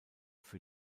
für